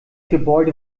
gebäude